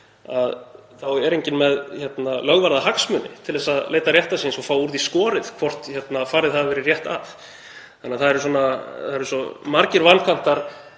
þá er enginn með lögvarða hagsmuni til að leita réttar síns og fá úr því skorið hvort farið hafi verið rétt að. Það eru þess vegna svo margir vankantar